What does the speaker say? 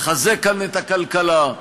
לחזק כאן את הכלכלה,